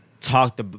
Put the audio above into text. talked